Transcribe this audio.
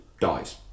dies